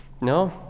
No